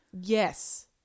yes